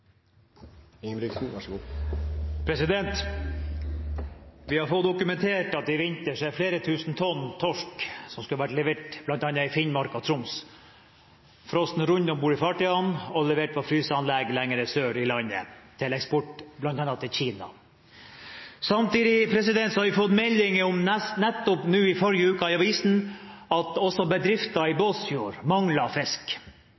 skal gjøres. Så får regjeringen komme fram til et resultat etter hvert. Men de to partiene regjerer på en regjeringsplattform. Vi har fått dokumentert at i vinter er flere tusen tonn torsk som skulle vært levert bl.a. i Finnmark og Troms, frosset rund om bord i fartøyene og levert til fryseanlegg lenger sør i landet, for eksport bl.a. til Kina. Samtidig har vi nettopp, i forrige uke, fått meldinger i avisene om at også bedrifter i